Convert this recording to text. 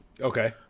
Okay